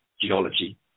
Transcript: geology